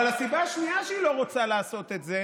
אבל הסיבה השנייה שהיא לא רוצה לעשות את זה